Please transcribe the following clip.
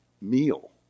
meal